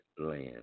land